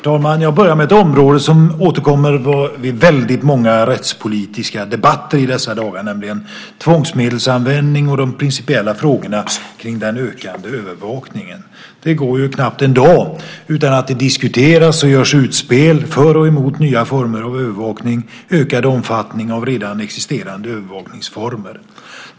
Jag börjar, herr talman, med ett område som återkommer vid väldigt många rättspolitiska debatter i dessa dagar, nämligen tvångsmedelsanvändningen och de principiella frågorna kring den ökande övervakningen. Det går knappt en dag utan att det diskuteras och görs utspel för och emot nya former av övervakning och ökad omfattning av redan existerande övervakningsformer.